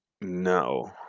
No